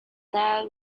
their